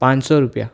પાંચસો રૂપિયા